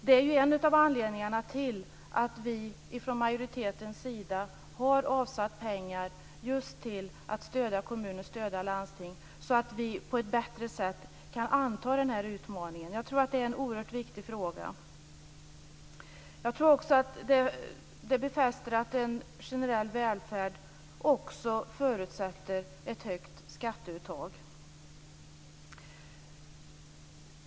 Det är en av anledningarna till att vi från majoritetens sida har avsatt pengar just till att stödja kommuner och landsting. Det gör att vi på ett bättre sätt kan anta den här utmaningen. Jag tror att det är en oerhört viktig fråga och att det också befäster att en generell välfärd förutsätter ett högt skatteuttag.